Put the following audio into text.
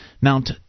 Mount